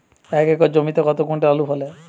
এক একর জমিতে কত কুইন্টাল আলু ফলে?